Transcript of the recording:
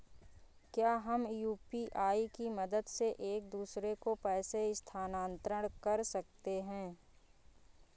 क्या हम यू.पी.आई की मदद से एक दूसरे को पैसे स्थानांतरण कर सकते हैं?